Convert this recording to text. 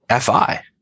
FI